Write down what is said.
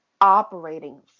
operating